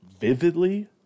vividly